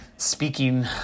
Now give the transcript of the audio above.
speaking